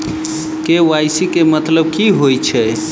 KYC केँ मतलब की होइ छै?